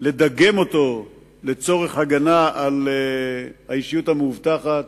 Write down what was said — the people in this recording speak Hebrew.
לדגם אותו לצורך הגנה על האישיות המאובטחת,